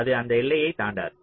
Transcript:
அது அந்த எல்லையைத் தாண்டாது